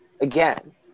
again